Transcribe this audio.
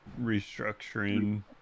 restructuring